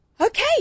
Okay